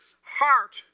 heart